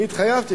אני התחייבתי,